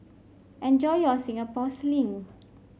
enjoy your Singapore Sling